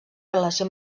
relació